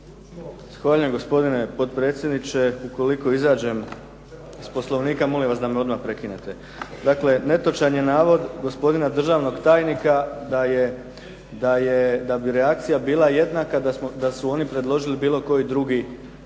gospodine potpredsjedniče, ukoliko izađem iz Poslovnika, molim vas da me odmah prekinete. Dakle, netočan je navod gospodina državnog tajnika da bi reakcija bila jednaka da su oni predložili bilo koji drugi